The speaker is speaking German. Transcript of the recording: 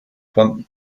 von